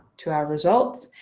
to our results.